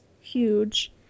huge